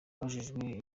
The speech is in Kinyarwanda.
abajijwe